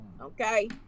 okay